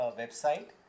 website